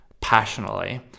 passionately